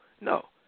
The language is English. No